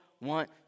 want